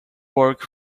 work